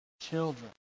children